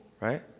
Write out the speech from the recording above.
right